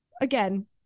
again